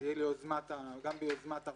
גם ביוזמת הרשם.